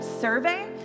survey